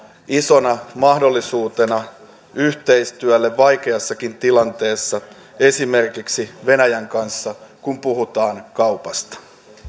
isona mahdollisuutena yhteistyölle vaikeassakin tilanteessa esimerkiksi venäjän kanssa kun puhutaan kaupasta